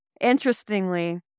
Interestingly